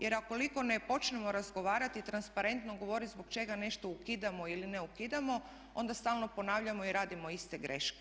Jer ukoliko ne počnemo razgovarati i transparentno govoriti zbog čega nešto ukidamo ili ne ukidamo onda stalno ponavljamo i radimo iste greške.